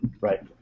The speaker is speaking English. Right